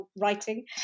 writing